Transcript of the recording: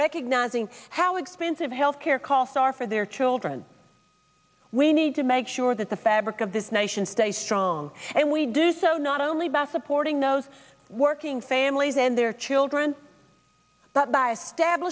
recognizing how expensive health care costs are for their children we need to make sure that the fabric of this nation stay strong and we do so not only by supporting those working families and their children but by